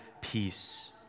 peace